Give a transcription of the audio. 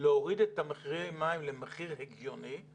להוריד את מחירי המים למחיר הגיוני.